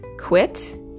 quit